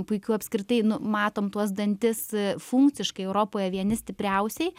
puikių apskritai nu matom tuos dantis funkciškai europoje vieni stipriausiai